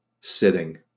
sitting